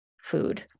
food